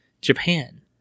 Japan